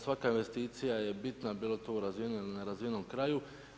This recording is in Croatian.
Svaka investicija je bitna bilo to u razvijenom ili nerazvijenom kraju.